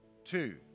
Two